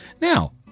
Now